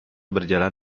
berjalan